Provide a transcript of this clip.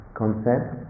concept